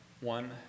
one